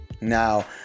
Now